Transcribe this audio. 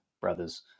brothers